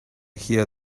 hear